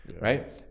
Right